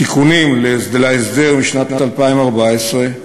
התיקונים להסדר משנת 2014,